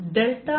E